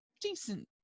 decent